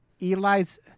Eli's